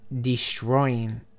destroying